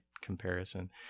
comparison